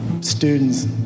students